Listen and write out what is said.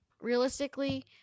realistically